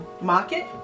market